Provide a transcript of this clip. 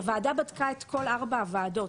הוועדה בדקה את כל ארבע הוועדות.